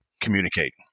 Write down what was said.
communicate